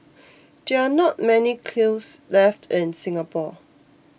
there are not many kilns left in Singapore